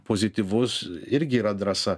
pozityvus irgi yra drąsa